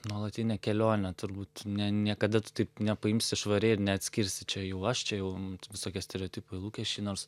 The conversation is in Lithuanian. nuolatinė kelionė turbūt ne niekada tu taip nepaimsi švariai ir neatskirsi čia jau aš čia jau visokie stereotipai lūkesčiai nors